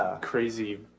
crazy